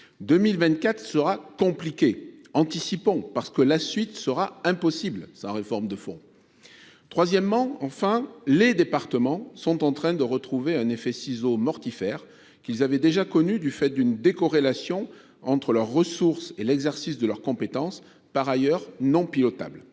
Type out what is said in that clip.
2024 sera compliquée : anticipons, car la suite sera impossible sans réforme de fond. Troisièmement, les départements sont en train de retrouver un effet ciseaux mortifère, du fait de la décorrélation de leurs ressources et de l’exercice de leurs compétences, par ailleurs non pilotables.